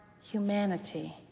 humanity